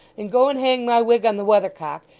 and go and hang my wig on the weathercock,